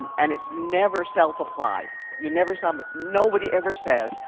and is never self-applied you never, so um but nobody ever says,